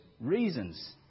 reasons